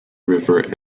river